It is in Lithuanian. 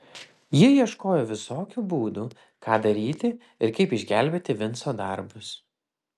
jie ieškojo visokių būdų ką daryti ir kaip išgelbėti vinco darbus